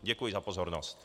Děkuji za pozornost.